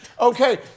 Okay